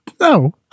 no